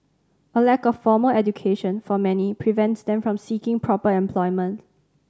a lack of formal education for many prevents them from seeking proper employment